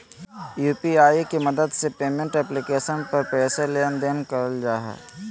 UPI के मदद से पेमेंट एप्लीकेशन पर पैसा लेन देन कइल जा हइ